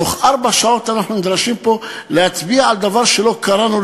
בתוך ארבע שעות אנחנו נדרשים להצביע פה על דבר שלא קראנו,